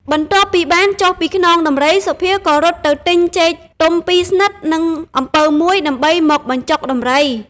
បន្ទាប់ពីបានចុះពីខ្នងដំរី សុភាក៏រត់ទៅទិញចេកទុំពីរស្និត និងអំពៅមួយ ដើមមកបញ្ចុកដំរី ។